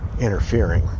interfering